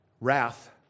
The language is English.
Wrath